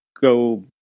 go